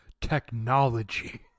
technology